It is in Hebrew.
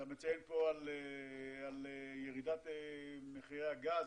אתה מציין פה על ירידת מחירי הגז,